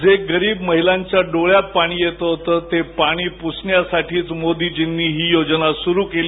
जे गरीब महिलांच्या डोळ्यात पाणी येत होतं ते पाणी पुसण्यासाठीच मोदीजींनी ही योजना सुरू केली